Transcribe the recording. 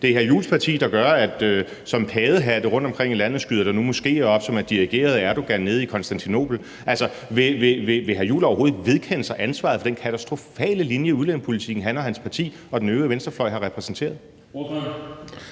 Christian Juhls parti, der gør, at der som paddehatte rundtomkring i landet nu skyder moskéer op, som er dirigeret af Erdogan nede i Konstantinopel. Vil hr. Christian Juhl overhovedet ikke vedkende sig ansvaret for den katastrofale linje i udlændingepolitikken, han og hans parti og den øvrige venstrefløj har repræsenteret?